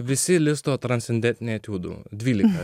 visi listo transcendentiniai etiudų dvylika